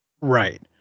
right